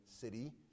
city